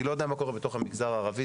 אני לא יודע מה קורה בתוך המגזר הערבי,